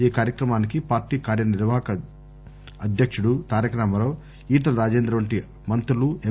ఈ కార్యక్రమానికి పార్టీ కార్యనిర్వాహక వర్గ అధ్యకుడు తారక రామారావు ఈటల రాజేందర్ వంటి మంత్రులు ఎం